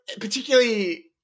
particularly